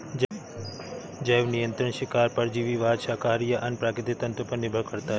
जैव नियंत्रण शिकार परजीवीवाद शाकाहारी या अन्य प्राकृतिक तंत्रों पर निर्भर करता है